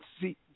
see